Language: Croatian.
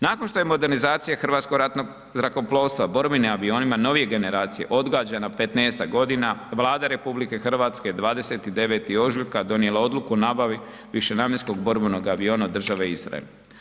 Nakon što je modernizacija Hrvatskog ratnog zrakoplovstva borbenim avionima novije generacije odgađana 15-tak godina Vlada RH je 29. ožujka donijela odluku o nabavi višenamjenskog borbenog aviona države Izrael.